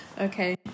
okay